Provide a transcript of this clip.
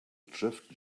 drift